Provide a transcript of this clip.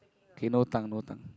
okay no tongue no tongue